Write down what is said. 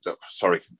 sorry